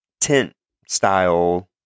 tent-style